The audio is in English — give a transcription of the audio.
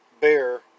bear